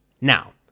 Now